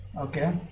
Okay